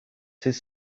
his